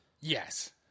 Yes